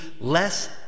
less